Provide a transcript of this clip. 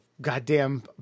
goddamn